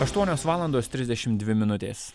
aštuonios valandos trisdešimt dvi minutės